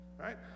right